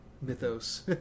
mythos